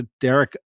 derek